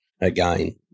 again